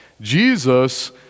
Jesus